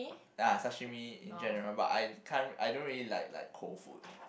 ya sashimi in general but I can't I don't really like like cold food